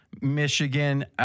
Michigan